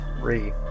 three